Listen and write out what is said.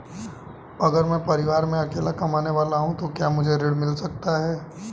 अगर मैं परिवार में अकेला कमाने वाला हूँ तो क्या मुझे ऋण मिल सकता है?